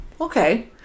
okay